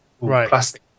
Right